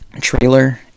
trailer